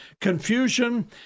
confusion